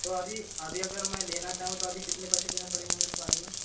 तो अभी अभी अगर मैं लेना चाहूँ तो अभी कितने पैसे देने पड़ेंगे मेरे को आयुष